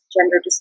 gender